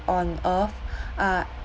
on earth uh